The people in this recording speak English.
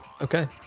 Okay